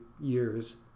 years